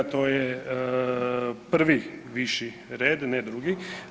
To je prvi viši red, ne drugi.